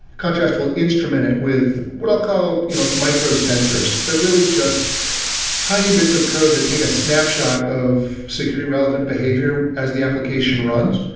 contrast will instrument it with what i'll call you know microsensors. they're really just tiny bits of code that take a snapshot of security relevant behavior as the application runs.